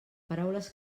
paraules